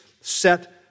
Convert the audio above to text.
set